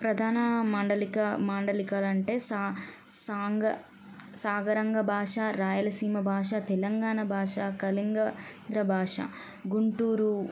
ప్రధాన మాండలిక మాండలికాలు అంటే సా సాంగ సాగరంగ భాష రాయలసీమ భాష తెలంగాణ భాష కళింగ ద్ర భాష గుంటూరు